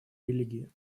религии